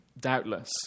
doubtless